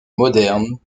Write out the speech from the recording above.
modernes